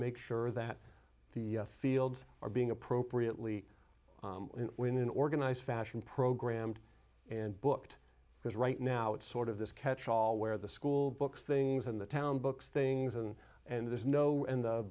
make sure that the fields are being appropriately in an organized fashion programmed and booked because right now it's sort of this catchall where the school books things in the town books things and and there's no in the